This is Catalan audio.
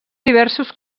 diversos